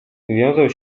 wywiązał